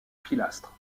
pilastres